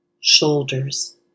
shoulders